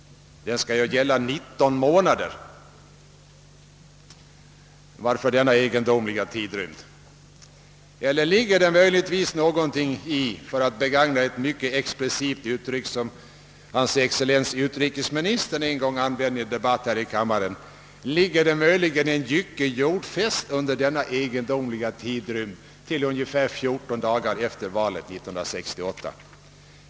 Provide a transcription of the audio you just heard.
Den skall ju gälla 19 månader. Varför denna egendomliga tidrymd? Eller ligger det — för att begagna ett expressivt uttryck som hans excellens utrikesministern en gång använde i en debatt här i kammaren — möjligen en jycke jordfäst under denna egendomliga tidrymd till ungefär fjorton dagar efter valet 1968.